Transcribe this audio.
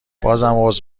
عذر